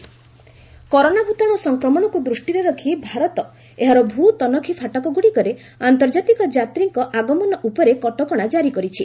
India land check post କରୋନା ଭୂତାଣୁ ସଂକ୍ରମଣକୁ ଦୃଷ୍ଟିରେ ରଖି ଭାରତ ଏହାର ଭୂ ତନଖି ଫାଟକ ଗୁଡ଼ିକରେ ଆନ୍ତର୍ଜାତିକ ଯାତ୍ରୀଙ୍କ ଆଗମନ ଉପରେ କଟକଶା ଜାରି କରିଛି